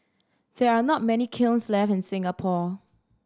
there are not many kilns left in Singapore